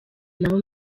nabo